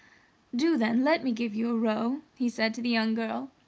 do, then, let me give you a row, he said to the young girl.